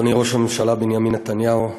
אדוני ראש הממשלה בנימין נתניהו,